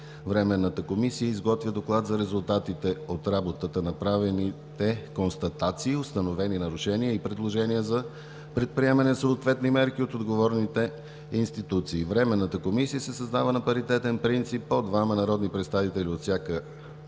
Временната комисия изготвя доклад за резултатите от работата, направените констатации, установени нарушения и предложения за предприемане на съответни мерки от отговорните институции. 6. Временната комисия се създава на паритетен принцип – по двама народни представители от всяка